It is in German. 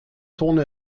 zone